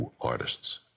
artists